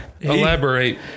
Elaborate